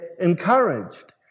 encouraged